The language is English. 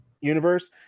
universe